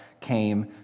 came